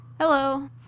Hello